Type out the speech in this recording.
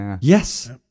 Yes